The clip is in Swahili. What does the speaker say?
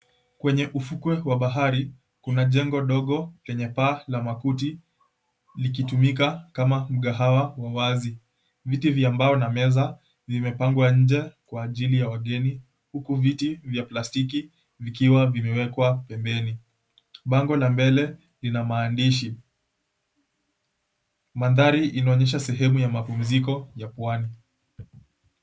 Kwenye ufukwe wa bahari kuna jengo dogo lenye paa la makuti likitumika kama mgahawa wa wazi. Viti vya mbao na meza vimepangwa nje kwa ajili ya wageni huku viti vya plastiki vikiwa wimewekwa pembeni. Bango la mbele ina maandishi. Mandhari inaonyesha sehemu ya mapuziko ya pwani.